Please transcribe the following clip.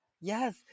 Yes